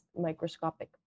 microscopic